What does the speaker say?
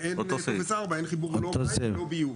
אם אין טופס ארבע אין חיבור לא למים ולא לביוב.